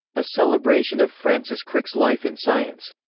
a celebration of francis crick's life in science.